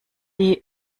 die